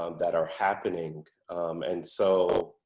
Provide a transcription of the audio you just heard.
ah that are happening and so.